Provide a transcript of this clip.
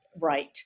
right